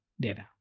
data